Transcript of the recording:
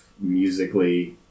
musically